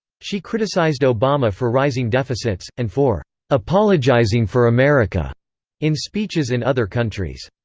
she criticized obama for rising deficits, and for apologizing for america in speeches in other countries.